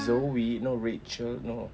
zoe no rachel no